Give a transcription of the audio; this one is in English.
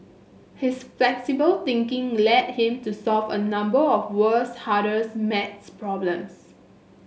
his flexible thinking led him to solve a number of world's hardest maths problems